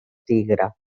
tigre